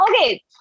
Okay